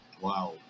Wow